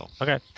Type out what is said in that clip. Okay